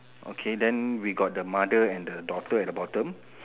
okay then we got the mother and the daughter at the bottom